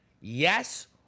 yes